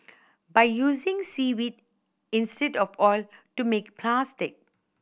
by using seaweed of oil to make plastic